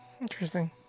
Interesting